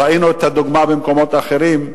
ראינו את הדוגמה במקומות אחרים,